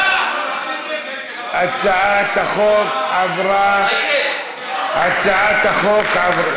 (הצבת דגל באירוע ציבורי), התשע"ח 2017,